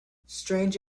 strange